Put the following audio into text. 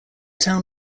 town